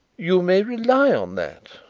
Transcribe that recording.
you may rely on that.